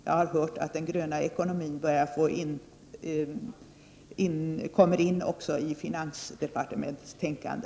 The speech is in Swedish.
Jag har hört att den gröna ekonomin kommer in också i finansdepartementets tänkande.